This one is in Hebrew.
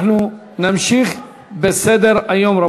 אנחנו נמשיך בסדר-היום.